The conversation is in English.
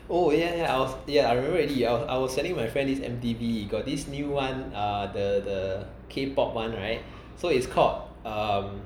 oh yeah yeah I was I remember already I was telling my friend this M_T_V got this new one uh the the K_pop one right so it's called um